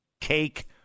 Cake